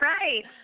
right